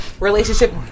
Relationship